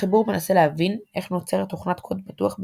החיבור מנסה להבין איך נוצרת תוכנת קוד פתוח "בחינם"